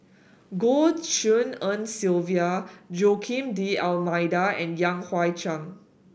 Goh Tshin En Sylvia Joaquim D'Almeida and Yan Hui Chang